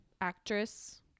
actress